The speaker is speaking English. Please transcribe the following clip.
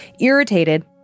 Irritated